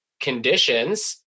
conditions